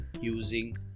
using